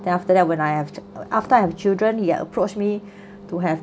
then after that when I have after I have children he have approached me to have